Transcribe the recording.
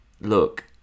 look